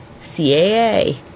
CAA